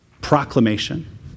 Proclamation